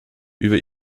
über